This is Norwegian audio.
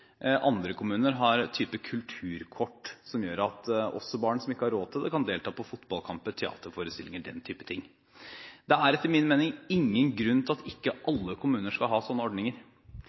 Andre kommuner har et slags kulturkort, som gjør at også barn som ikke har råd til det, kan delta på fotballkamper, teaterforestillinger og den slags. Det er etter min mening ingen grunn til at ikke alle kommuner skal ha slike ordninger.